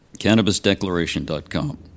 Cannabisdeclaration.com